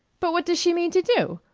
but what does she mean to do?